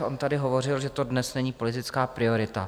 On tady hovořil, že to dnes není politická priorita.